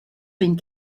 been